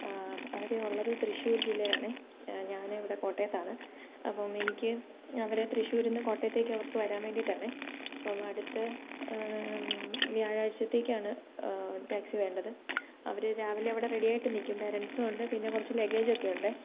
അവര് ഉള്ളത് തൃശൂർ ജില്ലയിലാണെ ഞാന് ഇവിടെ കോട്ടയത്താണ് അപ്പോള് എനിക്ക് അവരെ തൃശൂരുനിന്ന് കോട്ടയത്തേക്ക് അവർക്ക് വരാൻ വേണ്ടിയിട്ടാണെ അപ്പോള് അടുത്ത വ്യാഴാഴ്ചത്തേക്കാണ് ടാക്സി വേണ്ടത് അവര് രാവിലെ അവിടെ റെഡിയായിട്ട് നില്ക്കും പാരൻറ്റ്സ് ഉണ്ട് പിന്ന കുറച്ച് ലഗേജൊക്കെ ഉണ്ടേ